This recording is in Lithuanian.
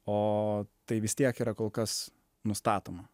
o tai vis tiek yra kol kas nustatoma